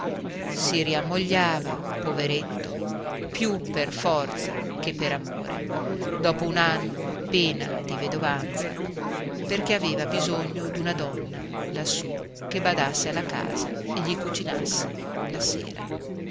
giunta si riammogliava poveretto più per forza che per amore dopo un anno appena di vedovanza perché aveva bisogno d'una donna lassù che badasse alla casa e gli cucinasse la sera